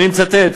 אני מצטט: